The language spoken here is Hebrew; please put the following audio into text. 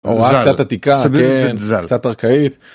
הוראה קצת עתיקה, כן, קצת ארכאית.